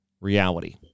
reality